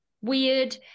weird